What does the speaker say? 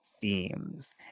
themes